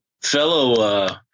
Fellow